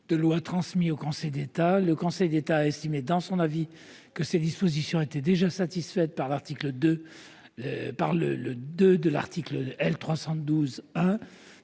de loi transmis au Conseil d'État. Ce dernier a estimé, dans son avis, que ces dispositions étaient déjà satisfaites par le II de l'article L. 312-1